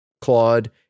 Claude